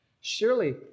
Surely